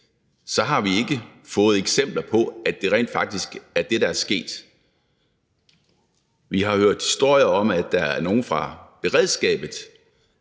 har vi ikke fået eksempler på, at det rent faktisk er det, der er sket. Vi har hørt historier om, at der er nogen fra beredskabet,